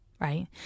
right